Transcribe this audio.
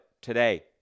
Today